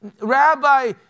rabbi